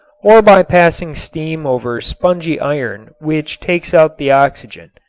or by passing steam over spongy iron which takes out the oxygen.